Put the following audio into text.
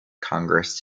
congress